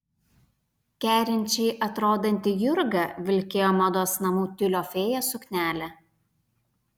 kerinčiai atrodanti jurga vilkėjo mados namų tiulio fėja suknelę